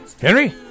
Henry